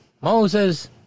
Moses